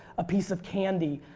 a piece of candy,